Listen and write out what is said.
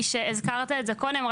הזכרת את זה קודם.